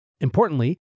Importantly